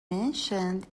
mentioned